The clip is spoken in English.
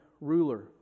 ruler